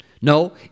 No